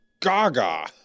gaga